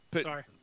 Sorry